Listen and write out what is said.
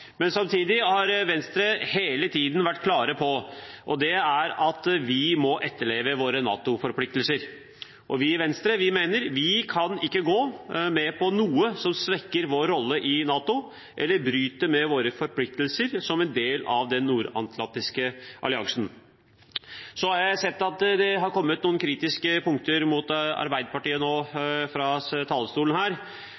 Samtidig har Venstre hele tiden vært klar på at vi må etterleve våre NATO-forpliktelser. Vi i Venstre mener at vi ikke kan gå med på noe som svekker vår rolle i NATO eller bryter med våre forpliktelser som en del av den nordatlantiske alliansen. Så har jeg sett at det har kommet noen kritiske punkter mot Arbeiderpartiet fra talerstolen. Dersom Arbeiderpartiet nå